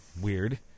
weird